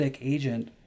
agent